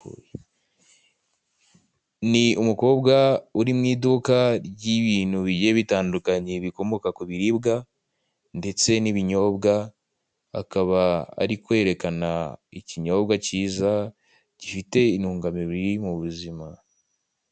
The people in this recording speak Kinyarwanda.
Ni umukobwa uri mu iduka ry'ibintu bigiye bitandukanye bikomoka ku biribwa ndetse n'ibinyobwa, akaba ari kwerekana ikinyobwa kiza gifite intungamubiri mu buzima.